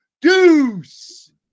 Deuce